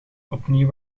opnieuw